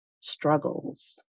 struggles